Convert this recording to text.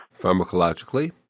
Pharmacologically